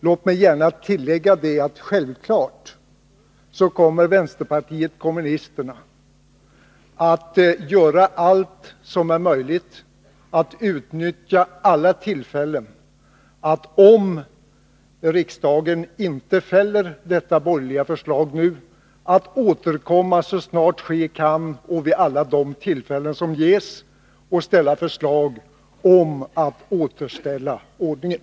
Låt mig tillägga att om riksdagen inte fäller detta borgerliga förslag nu kommer vänsterpartiet kommunisterna självfallet att göra allt som är möjligt — att återkomma så snart ske kan och vid alla de tillfällen som ges — för att ställa förslag om att återställa ordningen.